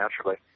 naturally